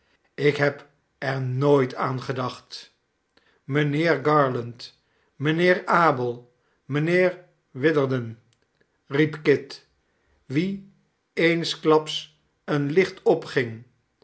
ik heb er nooit aan gedacht mijnheer garland mijnheer abel mijnheer witherden riep kit wien eensklaps een licht opging